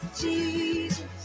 Jesus